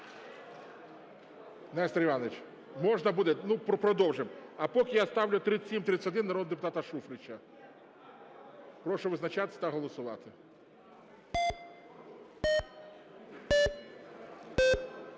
Нестор Іванович, можна буде? Ну, продовжимо. А поки я ставлю 3731 народного депутата Шуфрича. Прошу визначатися та голосувати.